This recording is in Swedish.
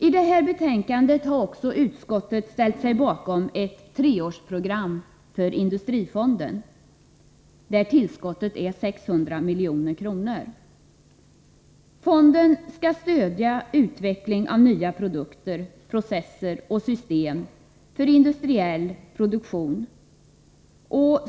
I det här betänkandet har utskottet ställt sig bakom ett treårsprogram för industrifonden; tillskottet är 600 milj.kr. Fonden skall stödja utveckling av nya produkter, processer och system för industriell produktion.